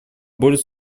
более